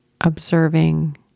observing